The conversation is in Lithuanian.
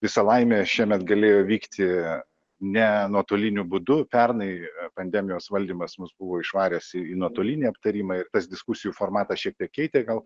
visa laimė šiemet galėjo vykti ne nuotoliniu būdu pernai pandemijos valdymas mus buvo išvaręs į į nuotolinį aptarimą ir tas diskusijų formatas šiek tiek keitė gal